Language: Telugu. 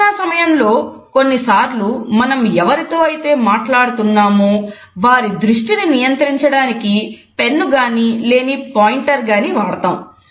ప్రదర్శన సమయంలో కొన్నిసార్లు మనం ఎవరితో అయితే మాట్లాడుతున్నామో వారి దృష్టిని నియంత్రించడానికి పెన్ను గానీ లేదా పాయింటర్ గాని వాడతాము